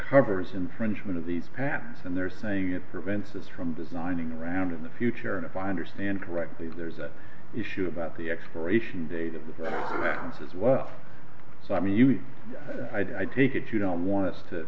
covers infringement of these patents and they're saying it prevents us from designing around in the future and if i understand correctly there's an issue about the expiration date of the times as well so i mean you know i take it you don't want us to